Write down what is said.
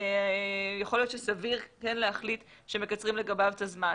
יכול להיות שסביר כן להחליט שמקצרים לגביו את הזמן.